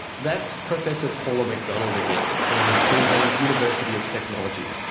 that's professor paula mcdonald again from queensland's university of technology.